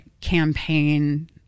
campaign